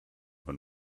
when